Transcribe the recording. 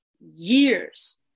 years